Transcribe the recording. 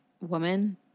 woman